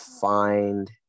find